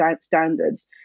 standards